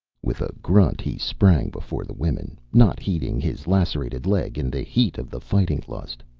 with a grunt he sprang before the women, not heeding his lacerated leg in the heat of the fighting-lust.